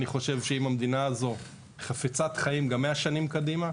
אני חושב שאם המדינה הזו חפצת חיים גם מאה שנים קדימה,